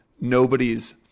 nobody's